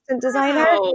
designer